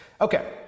Okay